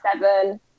seven